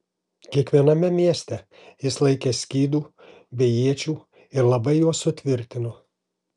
kiekviename mieste jis laikė skydų bei iečių ir labai juos sutvirtino